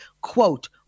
quote